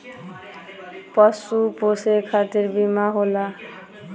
पशु पोसे खतिर बीमा होला